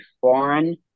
foreign